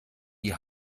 die